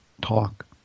talk